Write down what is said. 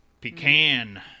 Pecan